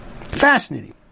Fascinating